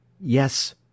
Yes